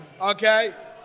Okay